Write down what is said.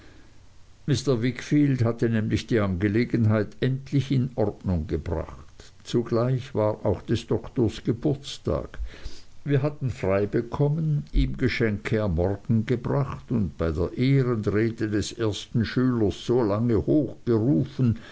mr wickfield hatte nämlich die angelegenheit endlich in ordnung gebracht zugleich war auch des doktors geburtstag wir hatten frei bekommen ihm geschenke am morgen gebracht und bei der ehrenrede des ersten schülers so lange hoch